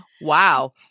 wow